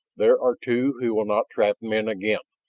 there are two who will not trap men again!